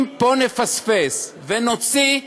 אם פה נפספס, ונוציא,